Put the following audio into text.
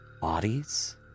Bodies